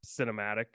cinematic